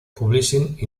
publishing